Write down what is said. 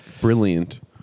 Brilliant